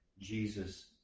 Jesus